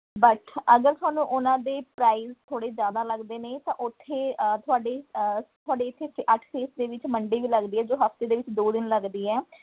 but ਅਗਰ ਤੁਹਾਨੂੰ ਉਹਨਾਂ ਦੇ ਪ੍ਰਾਈਜ਼ ਥੋੜ੍ਹੇ ਜ਼ਿਆਦਾ ਲੱਗਦੇ ਨੇ ਤਾਂ ਉੱਥੇ ਤੁਹਾਡੇ ਤੁਹਾਡੇ ਇੱਥੇ ਇੱਥੇ ਅੱਠ ਫੇਸ ਦੇ ਵਿੱਚ ਮੰਡੀ ਵੀ ਲੱਗਦੀ ਹੈ ਜੋ ਹਫ਼ਤੇ ਦੇ ਵਿੱਚ ਦੋ ਦਿਨ ਲੱਗਦੀ ਹੈ